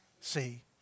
See